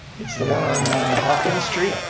it's the one on hawkins street.